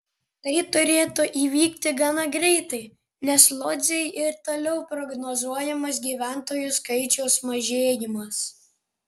tai turėtų įvykti gana greitai nes lodzei ir toliau prognozuojamas gyventojų skaičiaus mažėjimas